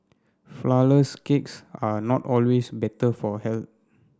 flourless cakes are not always better for